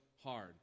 hard